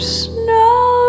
snow